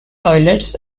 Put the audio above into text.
toilets